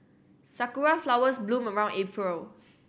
sakura flowers bloom around April